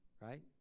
right